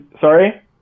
sorry